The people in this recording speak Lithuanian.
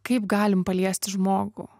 kaip galim paliesti žmogų